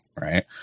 right